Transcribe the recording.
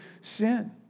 sin